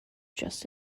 just